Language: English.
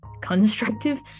constructive